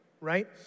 Right